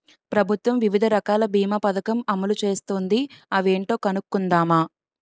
ప్రభుత్వం వివిధ రకాల బీమా పదకం అమలు చేస్తోంది అవేంటో కనుక్కుందామా?